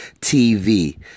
TV